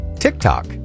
tiktok